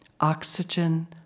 Oxygen